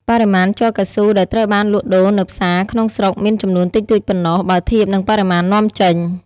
បរិមាណជ័រកៅស៊ូដែលត្រូវបានលក់ដូរនៅផ្សារក្នុងស្រុកមានចំនួនតិចតួចប៉ុណ្ណោះ បើធៀបនឹងបរិមាណនាំចេញ។